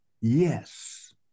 Yes